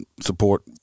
support